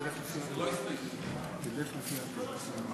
שדב יעלה,